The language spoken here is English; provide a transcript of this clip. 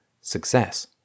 success